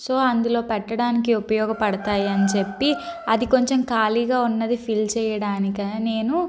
so అందులో పెట్టడానికి ఉపయోగపడతాయని చెప్పి అది కొంచెం ఖాళీగా ఉన్నది ఫిల్ చేయడానికి నేను